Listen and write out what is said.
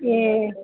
ए